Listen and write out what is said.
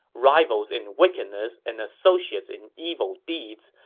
rivals in wickedness and associates in evil deeds,